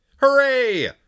Hooray